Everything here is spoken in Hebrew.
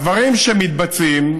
הדברים שמתבצעים,